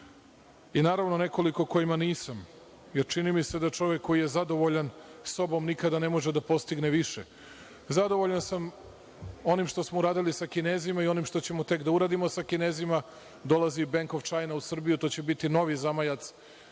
i naravno nekoliko kojima nisam. Jer, čini mi se da čovek koji je zadovoljan sobom nikada ne može da postigne više. Zadovoljan sam onim što smo uradili sa Kinezima i onim što ćemo tek da uradimo sa Kinezima, dolazi „Bank off China“ u Srbiju, to će biti novi zamajac